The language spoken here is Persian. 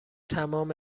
تمام